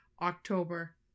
October